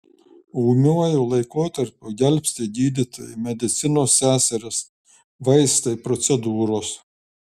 ūmiuoju laikotarpiu gelbsti gydytojai medicinos seserys vaistai procedūros